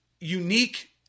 unique